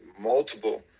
multiple